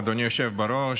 אדוני היושב-ראש.